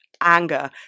anger